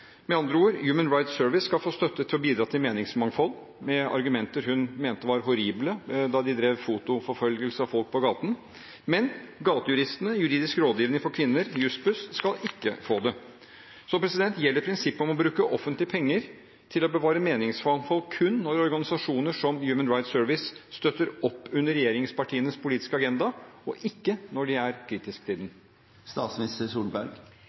argumenter hun mente var horrible da de drev fotoforfølgelse av folk på gaten – men Gatejuristen, Juridisk rådgivning for kvinner og Jussbuss skal ikke få det. Gjelder prinsippet om å bruke offentlige penger til å bevare meningsmangfold kun når organisasjoner – som Human Rights Service – støtter opp under regjeringspartienes politiske agenda, og ikke når de er kritiske til den?